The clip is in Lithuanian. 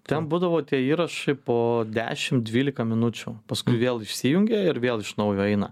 ten būdavo tie įrašai po dešim dvylika minučių paskui vėl išsijungia ir vėl iš naujo eina